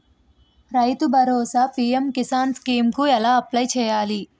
రైతు భరోసా PM Kisan scheme కు ఎలా అప్లయ్ చేయాలి?